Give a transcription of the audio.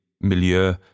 milieu